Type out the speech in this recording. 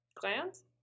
glands